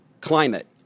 climate